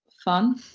fun